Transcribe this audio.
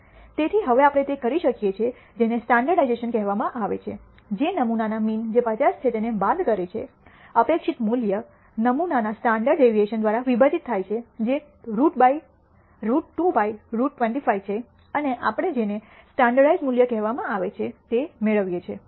તેથી હવે આપણે તે કરી શકીએ છીએ જેને સ્ટાન્ડર્ર્ડીઝશન કહેવામાં આવે છે જે નમૂનાના મીન જે 50 છે તેને બાદ કરે છે અપેક્ષિત મૂલ્ય નમૂનાના સ્ટાન્ડર્ડ ડેવિએશન દ્વારા વિભાજિત થાય છે જે રુટ 2 બાય રુટ 25 છે અને આપણે જેને સ્ટૈન્ડર્ડાઇજ઼્ડ મૂલ્ય કહેવામાં આવે છે તે મેળવીએ છીએ